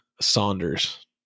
Saunders